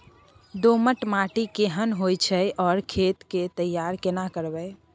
दोमट माटी केहन होय छै आर खेत के तैयारी केना करबै?